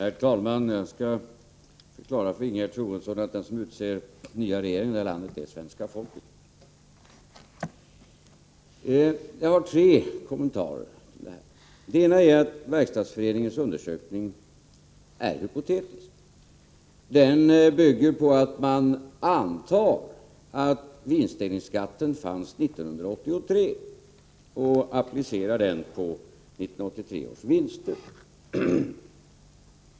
Herr talman! Låt mig förklara för Ingegerd Troedsson att det är svenska folket som utser nya regeringar i det här landet. Jag har tre kommentarer till detta. En är att Verkstadsföreningens undersökning är hypotetisk. Den bygger på förutsättningen att vinstdelningsskatten skulle ha funnits 1983, varvid denna appliceras på 1983 års vinster.